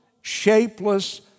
shapeless